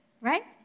Right